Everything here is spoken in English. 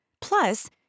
plus